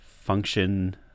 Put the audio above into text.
function